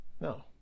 No